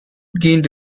gained